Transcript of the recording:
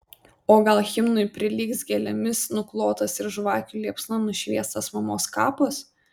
o gal himnui prilygs gėlėmis nuklotas ir žvakių liepsna nušviestas mamos kapas